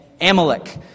Amalek